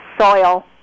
soil